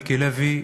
מיקי לוי,